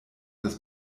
das